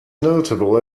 notable